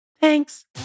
Thanks